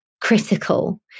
critical